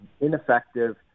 ineffective